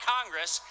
Congress